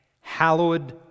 hallowed